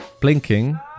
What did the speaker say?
blinking